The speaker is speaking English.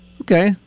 Okay